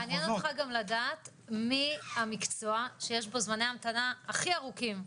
מעניין אותך גם לדעת מהו המקצוע שיש בו את זמני ההמתנה הכי ארוכים.